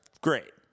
great